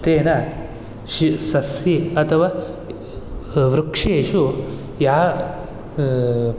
तेन शि सस्य अथवा वृक्षेषु या